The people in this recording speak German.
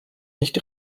nicht